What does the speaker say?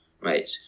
right